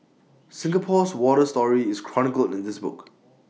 Singapore's water story is chronicled in this book